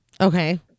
Okay